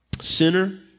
Sinner